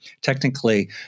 technically